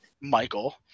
Michael